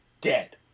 dead